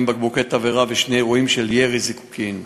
ובקבוקי תבערה ושני אירועים של ירי זיקוקים.